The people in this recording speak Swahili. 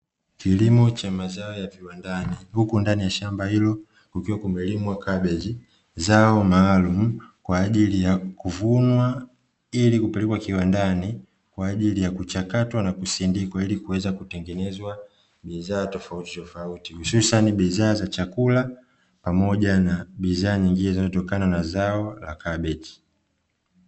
Kilimo cha mazao ya viwandani, huku ndani ya shamba hilo kukiwa kumelimwa kabeji, zao maalumu kwa ajili ya kuvuna ili kupelekwa kiwandani kwa ajili ya kuchakata na kusindikwa ili kuweza kutengeneza bidhaa nyingine tofautitofauti, hususani bidhaa za chakula pamoja na bidhaa nyingine zilizotokana na zao la kabeji.